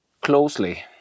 closely